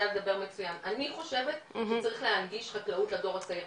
אני חושבת שצריך להנגיש חקלאות לדור הצעיר.